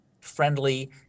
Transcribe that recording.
friendly